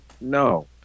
No